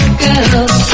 girl